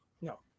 no